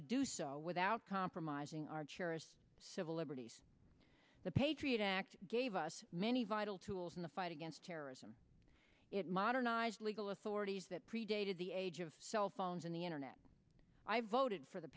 to do so without compromising our cherished civil liberties the page gave us many vital tools in the fight against terrorism it modernized legal authorities that predated the age of cell phones and the internet i voted for the